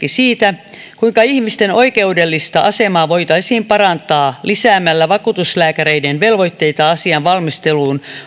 esimerkki siitä kuinka ihmisten oikeudellista asemaa voitaisiin parantaa lisäämällä vakuutuslääkäreiden velvoitteita osallistua asian valmisteluun